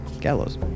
gallows